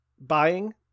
buying